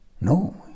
No